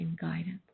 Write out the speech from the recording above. guidance